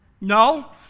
No